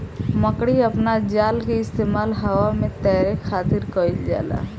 मकड़ी अपना जाल के इस्तेमाल हवा में तैरे खातिर कईल जाला